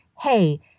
hey